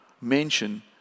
mention